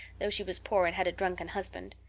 though she was poor and had a drunken husband.